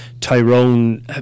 Tyrone